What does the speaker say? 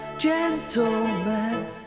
Gentlemen